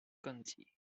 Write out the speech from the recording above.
conty